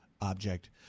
object